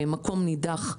במקום נידח,